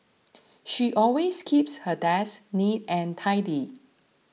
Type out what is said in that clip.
she always keeps her desk neat and tidy